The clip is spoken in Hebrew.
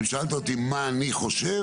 ושאלת אותי מה אני חושב.